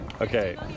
Okay